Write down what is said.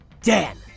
Dan